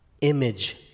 image